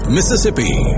Mississippi